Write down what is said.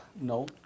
No